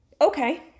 Okay